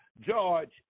George